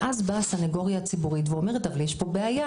ואז באה הסנגוריה הציבורית ואומרת: אבל יש פה בעיה.